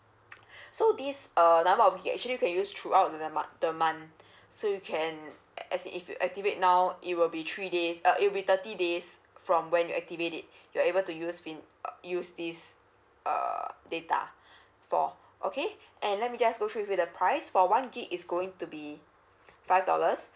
so this uh number of gig actually you can use throughout the the mon~ the month so you can as if you activate now it will be three days uh if will be thirty days from when you activate it you are able to use pin uh use this err data for okay and let me just go through with the price for one gig is going to be five dollars